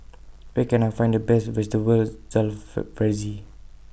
Where Can I Find The Best Vegetables Jalfrezi